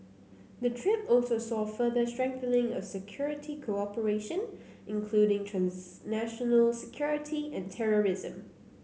the trip also saw further strengthening of security cooperation including transnational security and terrorism